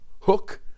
Hook